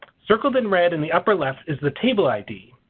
circled in red in the upper left is the table id.